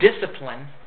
discipline